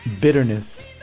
bitterness